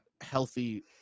healthy